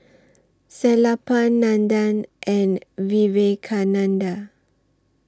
Sellapan Nandan and Vivekananda